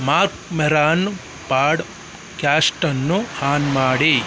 mark Maron podcast ಅನ್ನು on ಮಾಡಿ